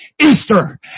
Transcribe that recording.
Easter